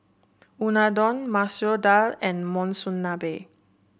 Unadon Masoor Dal and Monsunabe